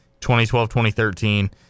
2012-2013